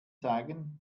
zeigen